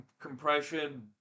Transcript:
compression